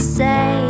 say